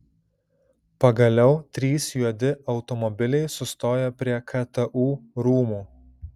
pagaliau trys juodi automobiliai sustojo prie ktu rūmų